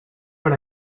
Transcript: per